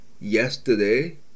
yesterday